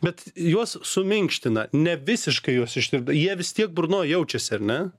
bet juos suminkština ne visiškai juos ištirpdo jie vis tiek burnoj jaučiasi ar ne